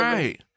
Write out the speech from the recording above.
Right